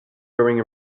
going